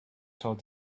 told